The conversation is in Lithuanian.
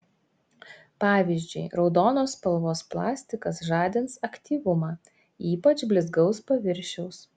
pavyzdžiui raudonos spalvos plastikas žadins aktyvumą ypač blizgaus paviršiaus